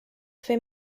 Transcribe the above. fer